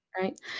right